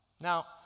Now